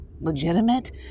legitimate